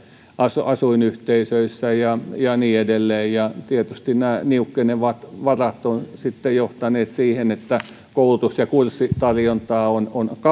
asuinyhteisöissä ja niin edelleen että tietysti nämä niukkenevat varat ovat sitten johtaneet siihen että koulutus ja kurssitarjontaa on on